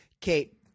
Kate